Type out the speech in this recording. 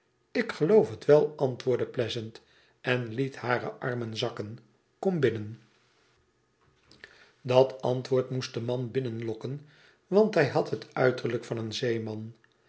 ik geloof het wel antwoordde pleasant en liet hare armen zakken kom binnen dat antwoord moest den man binnenlokken want hij had het uiterlijk tan een zeeman